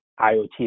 IoT